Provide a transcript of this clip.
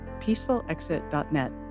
PeacefulExit.net